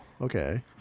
okay